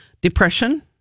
depression